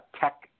tech